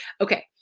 Okay